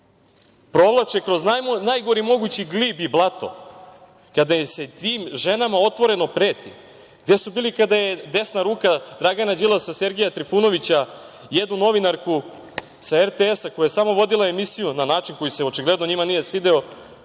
provlače kroz najgori mogući glib i blato, kada se tim ženama otvoreno preti? Gde su bili kada je desna ruka Dragana Đilasa, Sergeja Trifunovića jednu novinarku sa RTS-a koja je samo vodila emisiju, na način koji se očigledno njima nije svideo,